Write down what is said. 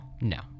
no